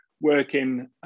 working